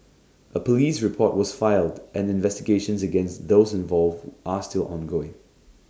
A Police report was filed and investigations against those involved are still ongoing